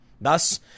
Thus